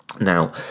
Now